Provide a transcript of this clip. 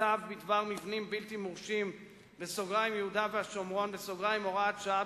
הצו בדבר מבנים בלתי מורשים (יהודה והשומרון) (הוראת שעה)